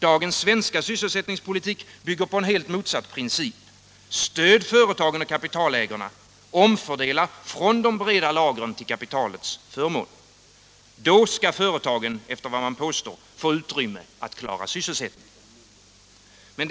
Dagens svenska sysselsättningspolitik bygger på en helt motsatt princip: Stöd företagen och kapitalägarna, omfördela från de breda lagren till kapitalets förmån — så får företagen, enligt vad man påstår, utrymme för att klara sysselsättningen.